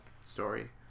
story